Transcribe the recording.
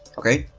ok,